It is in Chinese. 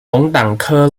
龙胆科